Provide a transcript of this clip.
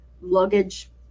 luggage